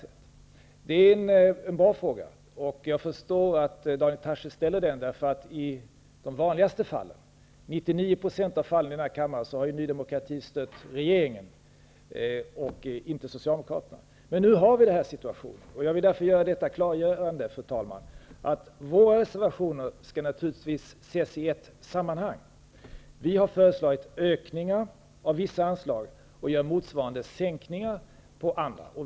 Det är en bra fråga. Jag förstår att Daniel Tarschys ställer frågan. I 99 % av fallen har Ny demokrati i kammaren stött regeringen och inte Nu har vi denna situation, och jag vill gärna, fru talman, göra följande klargörande. Våra reservationer skall naturligtvis ses i ett sammanhang. Vi har föreslagit ökningar av vissa anslag och gör motsvarande minskningar av andra.